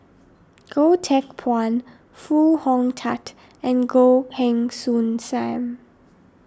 Goh Teck Phuan Foo Hong Tatt and Goh Heng Soon Sam